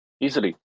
easily